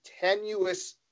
tenuous